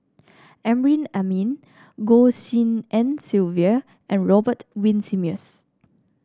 Amrin Amin Goh Tshin En Sylvia and Robert Winsemius